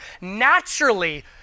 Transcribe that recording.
naturally